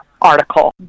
article